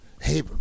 Hey